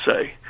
say